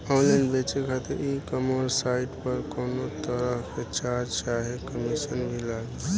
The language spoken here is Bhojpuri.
ऑनलाइन बेचे खातिर ई कॉमर्स साइट पर कौनोतरह के चार्ज चाहे कमीशन भी लागी?